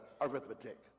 arithmetic